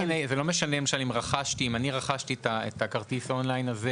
משנה אם אני רכשתי את כרטיס האונליין הזה